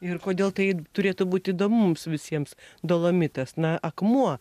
ir kodėl tai turėtų būti įdomu mums visiems dolomitas na akmuo